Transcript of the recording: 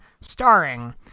starring